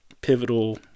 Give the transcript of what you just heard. pivotal